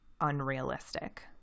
unrealistic